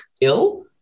ill